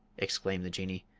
exclaimed the jinnee,